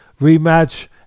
rematch